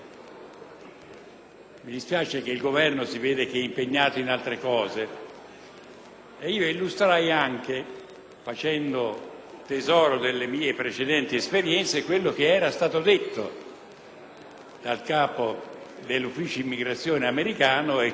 posizione, anche facendo tesoro delle mie precedenti esperienze e di quello che era stato detto dal Capo dell'ufficio immigrazione americano, secondo il quale non era questo il modo di combattere l'immigrazione clandestina.